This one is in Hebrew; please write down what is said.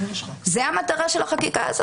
זו המטרה של החקיקה הזו?